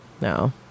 No